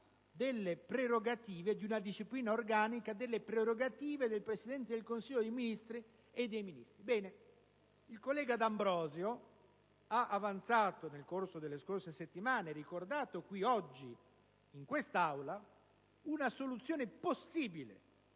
si parla di una disciplina organica delle prerogative del Presidente del Consiglio dei ministri e dei Ministri. Bene, il collega D'Ambrosio ha avanzato nel corso delle scorse settimane, e ricordato oggi in quest'Aula, una soluzione possibile